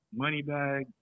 Moneybag